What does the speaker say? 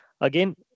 Again